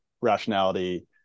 rationality